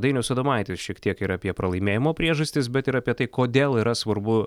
dainius adomaitis šiek tiek ir apie pralaimėjimo priežastis bet ir apie tai kodėl yra svarbu